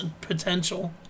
potential